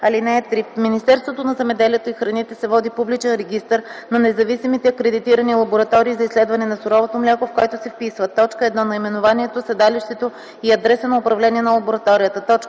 „(3) В Министерството на земеделието и храните се води публичен регистър на независимите акредитирани лаборатории за изследване на суровото мляко, в който се вписват: 1. наименованието, седалището и адреса на управление на лабораторията;